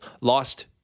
lost